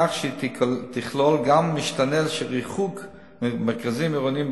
כך שהיא תכלול גם משתנה של ריחוק ממרכזים עירוניים,